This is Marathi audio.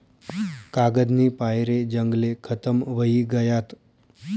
कागदनी पायरे जंगले खतम व्हयी गयात